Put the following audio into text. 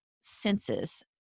senses